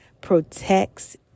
protects